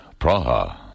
Praha